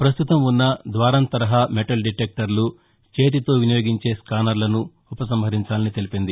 ప్రస్తుతం ఉన్న ద్వారం తరహా మెటల్ డిటెక్టర్లు చేతితో వినియోగించే స్కానర్లను ఉపసంహరించాలని తెలిపింది